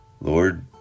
Lord